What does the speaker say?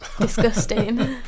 disgusting